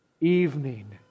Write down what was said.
evening